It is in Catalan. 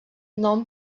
nom